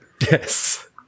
Yes